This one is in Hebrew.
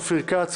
אופיר כץ,